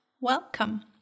welcome